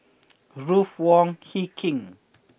Ruth Wong Hie King